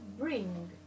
bring